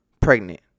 pregnant